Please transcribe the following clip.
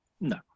no